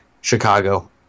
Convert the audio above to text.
Chicago